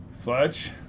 Fletch